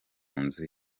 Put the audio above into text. nzu